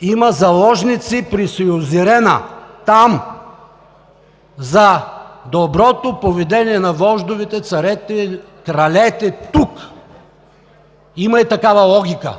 има заложници при сюзерена. Там – за доброто поведение на вождовете, царете, кралете! Тук има и такава логика.